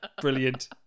Brilliant